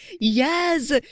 Yes